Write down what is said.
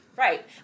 Right